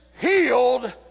healed